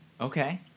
Okay